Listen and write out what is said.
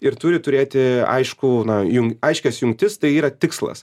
ir turi turėti aiškų na jun aiškias jungtis tai yra tikslas